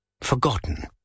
forgotten